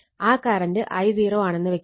ആ current I0 ആണെന്ന് വെക്കുക